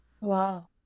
Wow